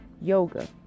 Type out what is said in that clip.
Yoga